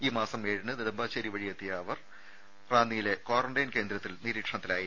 ഈ മാസം ഏഴിന് നെടുമ്പാശേരി വഴി എത്തിയ ഇവർ റാന്നിയിലെ ക്വോറന്റയിൻ കേന്ദ്രത്തിൽ നിരീക്ഷണത്തിലായിരുന്നു